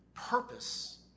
purpose